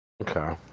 Okay